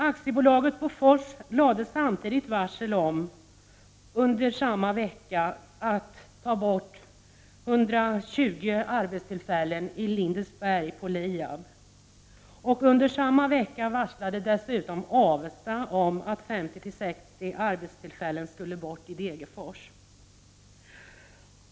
AB Bofors lade samtidigt varsel om att 120 arbetstillfällen skall bort vid LIAB i Lindesberg, och under samma vecka varslade dessutom Avesta AB om att 50-60 arbetstillfällen skall bort i Degerfors.